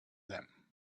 them